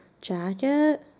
jacket